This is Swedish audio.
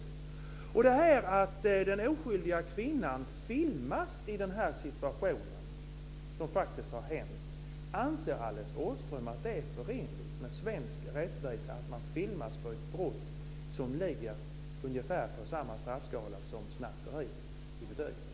Det har faktiskt hänt att den oskyldiga kvinnan filmas i den här situationen. Anser Alice Åström att det är förenligt med svenskt rättsväsende att man filmas i samband med ett brott som ligger ungefär på samma straffskala som snatteri i butik?